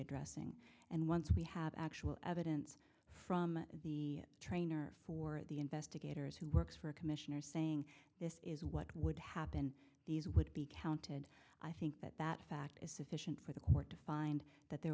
addressing and once we have actual evidence from the trainer for the investigators who works for a commissioner saying this is what would happen these would be counted i think that that fact is sufficient for the court to find that there